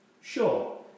Sure